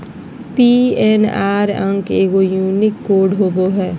PNR अंक एगो unique code होबो हइ